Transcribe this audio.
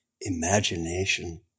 Imagination